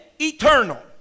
eternal